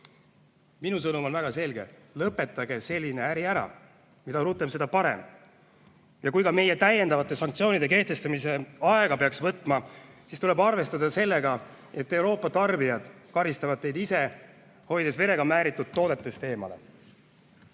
Minu sõnum on väga selge: lõpetage selline äri ära, mida rutem, seda parem. Ja kui ka meie täiendavate sanktsioonide kehtestamine aega peaks võtma, siis tuleb arvestada sellega, et Euroopa tarnijad karistavad teid ise, hoides verega määritud toodetest eemale. Tänan